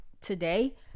today